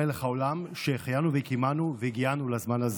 בכל הגלויות שעברו אבותינו ואימותינו חלמו על